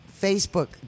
Facebook